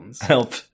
Help